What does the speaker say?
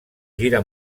gira